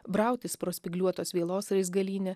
brautis pro spygliuotos vielos raizgalynę